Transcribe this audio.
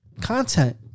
content